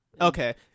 Okay